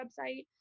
website